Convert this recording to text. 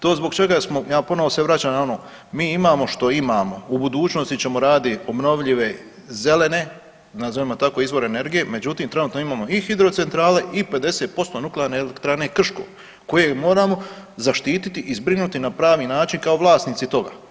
To zbog čega smo, ja ponovo se vraćam na ono, mi imamo što imamo, u budućnosti ćemo radit obnovljive zelene, nazovimo tako izvore energije, međutim trenutno imamo i hidrocentrale i 50% Nuklearne elektrane Krško koje moramo zaštititi i zbrinuti na pravi način kao vlasnici toga.